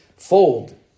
Fold